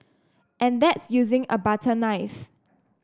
and that's using a butter knife